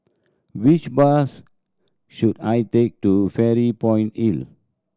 which bus should I take to Fairy Point Hill